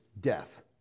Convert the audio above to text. death